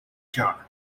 jar